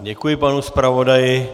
Děkuji panu zpravodaji.